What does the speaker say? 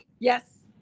yes.